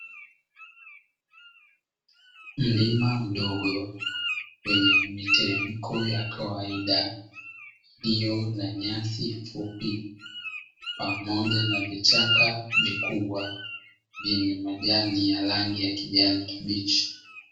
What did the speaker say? Mlima mdogo kwenye miteremko ya kawaida, iliyo na nyasi fupi pamoja na vichaka vikubwa, vyenye majani ya rangi ya kijani kibichi.